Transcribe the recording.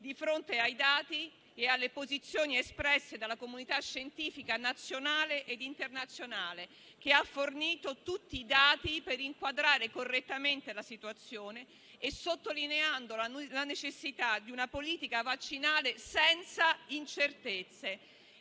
di fronte ai dati e alle posizioni espresse dalla comunità scientifica nazionale e internazionale, che ha fornito tutti i dati per inquadrare correttamente la situazione, sottolineando la necessità di una politica vaccinale senza incertezze.